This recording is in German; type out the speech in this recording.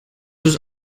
ist